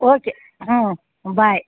okay ಹ್ಞೂ ಬಾಯ್